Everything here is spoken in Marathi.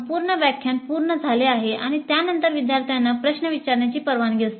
संपूर्ण व्याख्यान पूर्ण झाले आहे आणि त्यानंतर विद्यार्थ्यांना प्रश्न विचारण्याची परवानगी असते